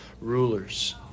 rulers